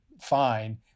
fine